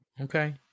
Okay